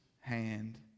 hand